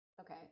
okay